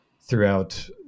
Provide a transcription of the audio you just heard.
throughout